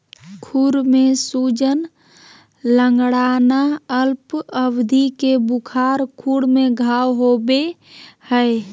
खुर में सूजन, लंगड़ाना, अल्प अवधि के बुखार, खुर में घाव होबे हइ